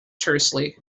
tersely